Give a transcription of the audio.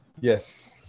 Yes